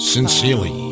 Sincerely